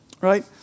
right